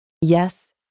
Yes